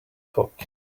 talk